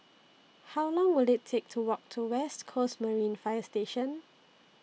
How Long Will IT Take to Walk to West Coast Marine Fire Station